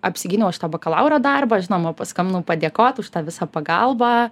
apsigyniau aš tą bakalauro darbą žinoma paskambinau padėkot už tą visą pagalbą